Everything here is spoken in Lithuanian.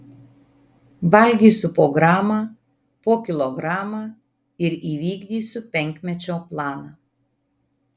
valgysiu po gramą po kilogramą ir įvykdysiu penkmečio planą